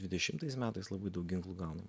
dvidešimtais metais labai daug ginklų gaunam